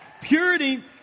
Purity